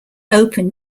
open